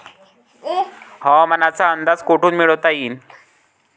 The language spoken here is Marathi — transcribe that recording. हवामानाचा अंदाज कोठून मिळवता येईन?